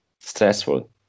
stressful